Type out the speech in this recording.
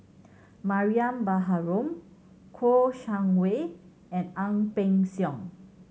Mariam Baharom Kouo Shang Wei and Ang Peng Siong